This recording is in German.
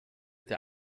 der